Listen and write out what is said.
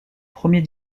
premier